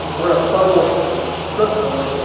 we're in a federalist system.